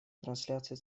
трансляции